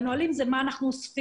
שזה כולל מה אנחנו אוספים,